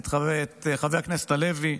את חבר הכנסת הלוי,